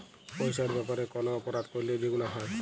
পইসার ব্যাপারে কল অপরাধ ক্যইরলে যেগুলা হ্যয়